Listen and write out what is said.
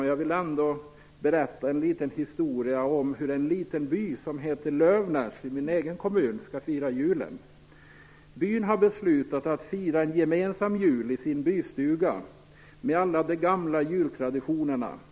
Jag vill då berätta en liten historia om hur en liten by, Lövnäs, i min egen kommun skall fira julen. Byn har beslutat att fira en gemensam jul i sin bystuga med alla de gamla jultraditionerna.